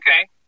okay